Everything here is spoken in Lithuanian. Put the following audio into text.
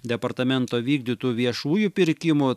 departamento vykdytų viešųjų pirkimų